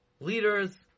leaders